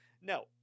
no